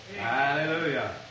Hallelujah